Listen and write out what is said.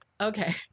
Okay